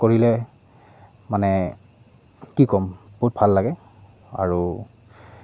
কৰিলে মানে কি ক'ম বহুত ভাল লাগে আৰু